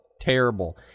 terrible